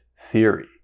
theory